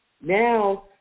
Now